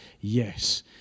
yes